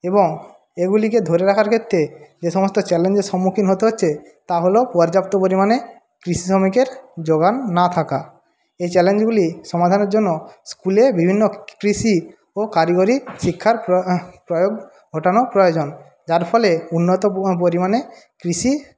এবং এগুলিকে ধরে রাখার ক্ষেত্রে যে সমস্ত চ্যালেঞ্জের সম্মুখীন হতে হচ্ছে তা হল পর্যাপ্ত পরিমাণে কৃষি শ্রমিকের জোগান না থাকা এই চ্যালেঞ্জগুলি সমাধানের জন্য স্কুলে বিভিন্ন কৃষি ও কারিগরি শিক্ষার প্রয়োগ ঘটানো প্রয়োজন যার ফলে উন্নত পরিমাণে কৃষি